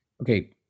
Okay